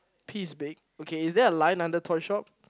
T is big okay is there a line under toy shop